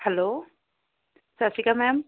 hello ਸਤਿ ਸ਼੍ਰੀ ਅਕਾਲ ਮੈਮ